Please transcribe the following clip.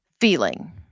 feeling